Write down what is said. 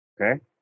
Okay